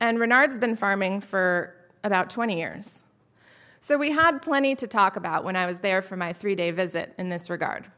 and renard's been farming for about twenty years so we had plenty to talk about when i was there for my three day visit in this regard